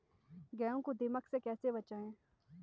गेहूँ को दीमक से कैसे बचाएँ?